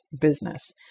business